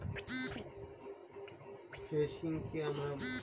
এক লক্ষ টাকার ফিক্সড ডিপোজিট জমা রেখে কত টাকা লোন পেতে পারি?